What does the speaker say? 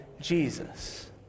Jesus